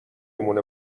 مونه